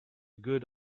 good